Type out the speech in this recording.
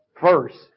first